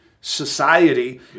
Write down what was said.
society